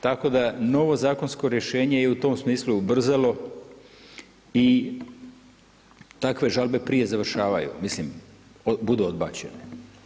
Tako da novo zakonsko rješenje je i u tom smislu ubrzalo i takve žalbe prije završavaju, mislim budu odbačene.